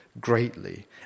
greatly